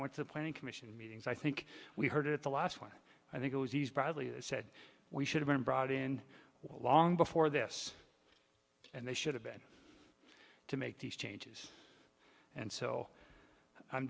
went to the planning commission meetings i think we heard it at the last one i think it was he's probably said we should have been brought in long before this and they should have been to make these changes and so i'm